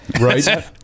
Right